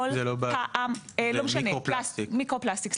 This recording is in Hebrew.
סליחה מיקרו פלסטיק.